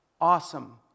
Awesome